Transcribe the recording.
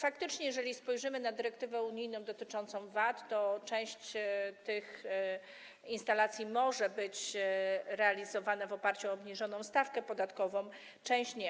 Faktycznie, jeżeli spojrzymy na dyrektywę unijną dotyczącą VAT, to widzimy, że część tych instalacji może być realizowana w oparciu o obniżoną stawkę podatkową, a część nie.